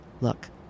Look